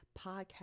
podcast